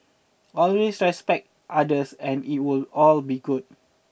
always respect others and it would all will be good